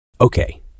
Okay